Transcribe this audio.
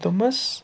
دوٚپمَس